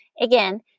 again